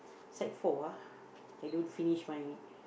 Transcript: sec-four ah I don't finish my